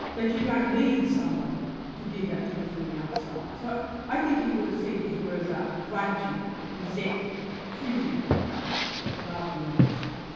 that you don't need somebody to give that to from the outside. so i think he would have seen hitler as a grudging, resentful, trivial character, rather than the opposite.